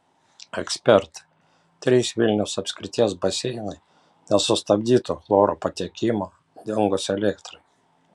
ekspertai trys vilniaus apskrities baseinai nesustabdytų chloro patekimo dingus elektrai